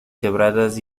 quebradas